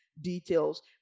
details